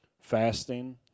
fasting